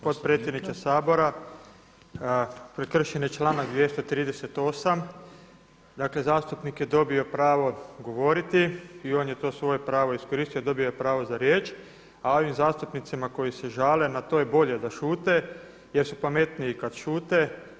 Potpredsjedniče Sabora, prekršen je članak 238. dakle zastupnik je dobio pravo govoriti i on je to svoje pravo iskoristio, dobio je pravo za riječ, a ovim zastupnicima koji se žale na to je i bolje da šute jer su pametniji kad šute.